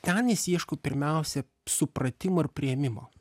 ten jis ieško pirmiausia supratimo ir priėmimo